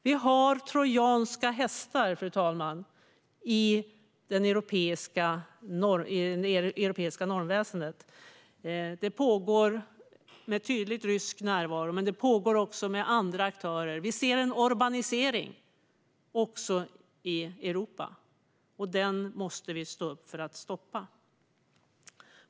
Vi har trojanska hästar, fru talman, i det europeiska normväsendet med tydligt rysk närvaro, men det pågår också med andra aktörer. Vi ser en orbanisering i Europa, och den måste vi stå upp för att stoppa.